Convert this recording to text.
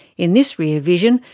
in this rear vision,